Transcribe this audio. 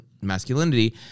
masculinity